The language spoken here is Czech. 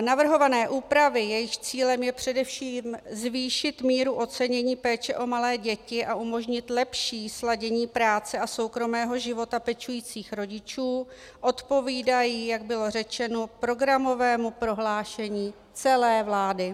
Navrhované úpravy, jejichž cílem je především zvýšit míru ocenění péče o malé děti a umožnit lepší sladění práce a soukromého života pečujících rodičů, odpovídají, jak bylo řečeno, programovému prohlášení celé vlády.